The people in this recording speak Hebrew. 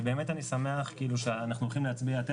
ובהטבות מס - כמו שציינתי קודם ואמרתי בדיונים